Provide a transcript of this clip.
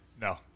No